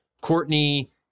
Courtney